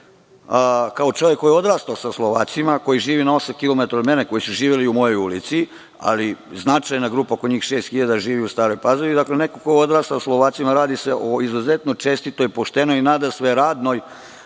kao čovek koji je odrastao sa Slovacima, koji žive na osam kilometara od mene, koji su živeli i u mojoj ulici. Ali značajna grupa, njih oko 6.000, živi u Staroj Pazovi. Dakle, kao neko ko je odrastao sa Slovacima, radi se o izuzetno čestitoj, poštenoj i nadasve radnoj